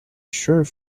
sure